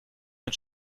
mit